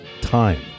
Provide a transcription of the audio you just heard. time